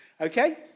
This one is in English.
Okay